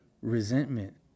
resentment